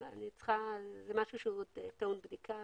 משהו שהוא עוד טעון בדיקה